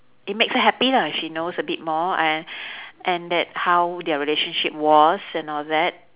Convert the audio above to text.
it makes her happy lah if she knows a bit more and and that how their relationship was and all that